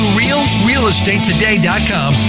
realrealestatetoday.com